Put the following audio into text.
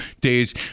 days